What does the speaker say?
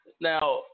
Now